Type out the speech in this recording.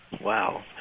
Wow